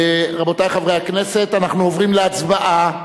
רבותי חברי הכנסת, אנחנו עוברים להצבעה,